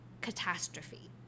catastrophe